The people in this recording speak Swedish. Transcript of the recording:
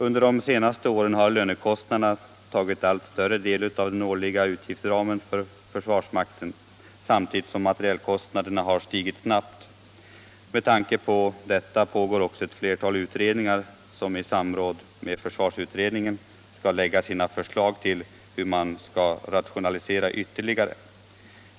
Under de senaste åren har lönekostnaderna tagit allt större del av den årliga utgiftsramen för försvarsmakten samtidigt som materielkostnaderna har stigit snabbt. Med tanke på detta pågår också ett flertal utredningar som i samråd med försvarsutredningen skall lägga fram sina förslag till hur man skall kunna rationalisera ytterligare.